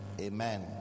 Amen